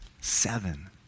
seven